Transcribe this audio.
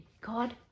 God